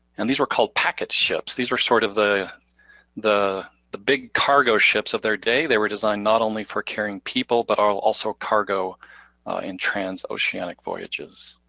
and these were called packet ships. these were sort of the the big cargo ships of their day. they were designed not only for carrying people, but um also cargo in trans-oceanic voyages.